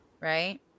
right